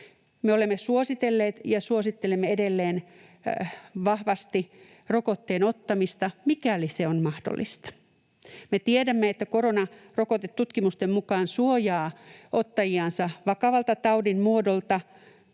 olemme suositelleet ja suosittelemme edelleen vahvasti rokotteen ottamista, mikäli se on mahdollista. Me tiedämme, että koronarokote tutkimusten mukaan suojaa ottajiansa vakavalta taudin muodolta,